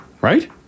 right